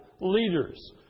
leaders